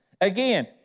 Again